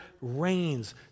reigns